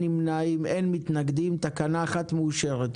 הצבעה תקנה 1 אושרה.